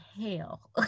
hell